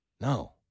no